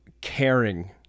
Caring